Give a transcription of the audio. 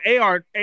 AR